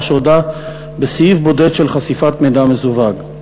שהודה בסעיף בודד של חשיפת מידע מסווג.